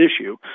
issue